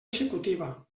executiva